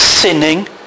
Sinning